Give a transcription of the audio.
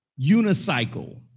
unicycle